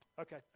Okay